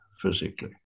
physically